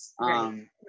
right